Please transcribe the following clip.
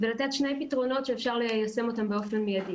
ולתת שני פתרונות שאפשר ליישם אותם באופן מיידי.